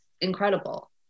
incredible